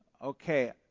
Okay